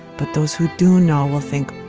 but those who do know will think,